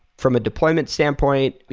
from a deployment standpoint,